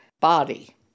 body